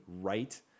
right